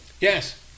Yes